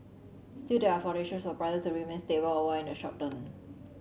still there are foundations for prices to remain stable overall in the short term